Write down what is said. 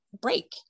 break